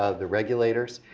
ah the regulators,